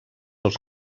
els